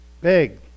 big